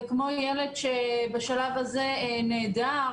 וכמו ילד בשלב הזה שנעדר,